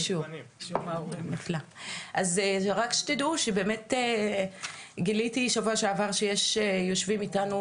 רק שתדעו שבאמת גיליתי שבוע שעבר שיושבים איתנו